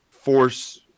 force